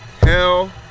Hell